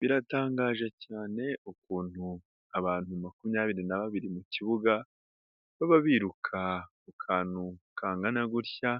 Biratangaje cyane ukuntu abantu makumyabiri na babiri mu kibuga, baba biruka ku kantu kangana gutya,